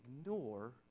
ignore